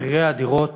מחירי הדירות